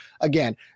Again